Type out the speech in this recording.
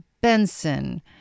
Benson